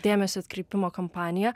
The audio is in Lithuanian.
dėmesio atkreipimo kampanija